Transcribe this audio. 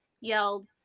yelled